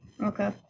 Okay